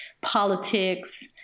politics